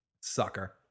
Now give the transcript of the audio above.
Sucker